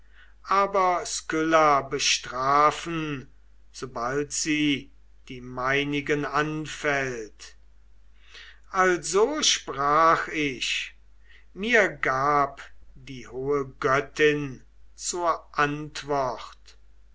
skylla bestrafen sobald sie die meinigen anfällt also sprach ich mir gab die hohe göttin zur antwort